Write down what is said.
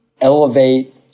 elevate